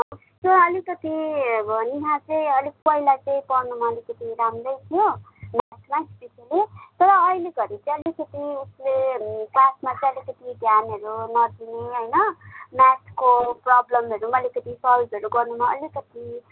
उसको अलिकति अब नेहा चाहिँ अलिक पहिला चाहिँ पढ्नुमा अलिकति राम्रै थियो म्याथमा स्पेसली तर अहिलेघरि चाहिँ अलिकति उसले क्लासमा चाहिँ अलिकति ध्यानहरू नदिने होइन म्याथको प्रोब्लमहरू पनि अलिकति सल्भहरू गर्नुमा अलिकति